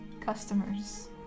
customers